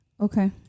Okay